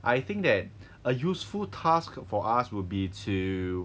I think that a useful task for us will be to